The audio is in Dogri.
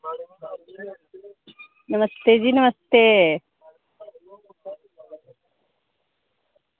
नमस्ते जी नमस्ते